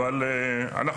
אבל אנחנו,